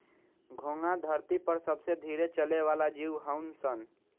घोंघा धरती पर सबसे धीरे चले वाला जीव हऊन सन